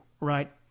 right